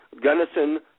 Gunnison